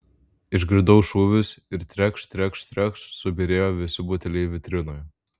išgirdau šūvius ir terkšt terkšt terkšt subyrėjo visi buteliai vitrinoje